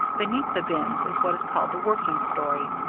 beneath the bins is what is called the working story,